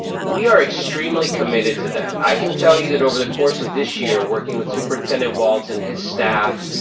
we are extremely committed to that. i can tell you that over the course of this year, working with superintendent walts and his staff,